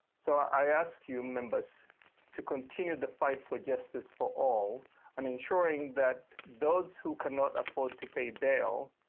so i ask you members to continue the fight for justice for all and ensuring that those who cannot afford to pay bail.